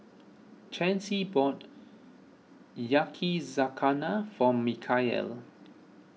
Chancy bought Yakizakana for Mikeal